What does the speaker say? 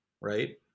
right